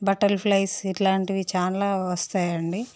butterflies ఇలాంటివి చాల వస్తాయండి